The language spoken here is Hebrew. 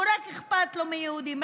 אכפת לו רק מיהודים,